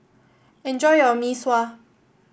enjoy your Mee Sua